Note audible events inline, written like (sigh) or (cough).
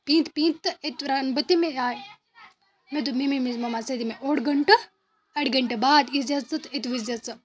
پیٖنٛتہِ پیٖنٛتہِ تہٕ أتی رَنہٕ بہٕ تَمی آیہِ مےٚ دوٚپ مٔمی (unintelligible) مما ژٕ دِ مےٚ اوٚڑ گٲنٛٹہٕ اَڑِ گَٲنٛٹہٕ بعد ای زے ژٕ تہٕ أتۍ وٕچھ زے ژٕ